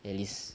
at least